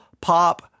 pop